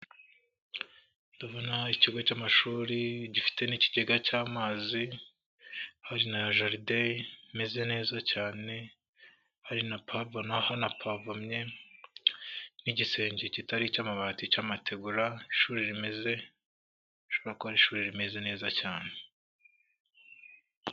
Ndabona ikigo cy'amashuri gifite n'ikigega cy'amazi, hari na jaride imeze neza cyane, hari na pabuna hanapavomye n'igisenge kitari icy'amabati cy'amategura, ishuri rimeze, rishobora kuba ari ishuri rimeze neza cyane